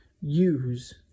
use